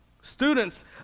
Students